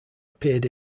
appeared